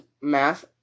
math